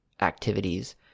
activities